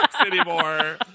anymore